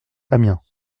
amiens